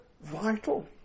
vital